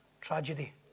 tragedy